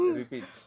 repeat